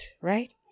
right